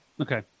okay